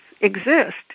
exist